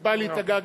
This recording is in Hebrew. תצבע לי את הגג,